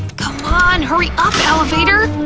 come on, hurry up, elevator!